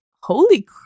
holy